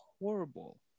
horrible